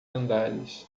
andares